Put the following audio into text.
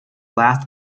last